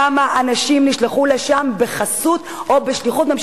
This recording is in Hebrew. כמה אנשים נשלחו לשם בשליחות או בחסות הממשלה,